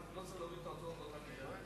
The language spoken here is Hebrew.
מאוד ולא צריך להוריד את ההוצאות מעבר לכך,